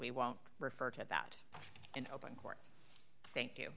we won't refer to that in open court thank you